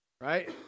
right